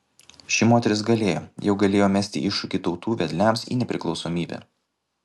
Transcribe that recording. ši moteris galėjo jau galėjo mesti iššūkį tautų vedliams į nepriklausomybę